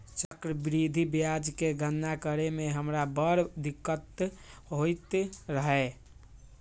चक्रवृद्धि ब्याज के गणना करे में हमरा बड़ दिक्कत होइत रहै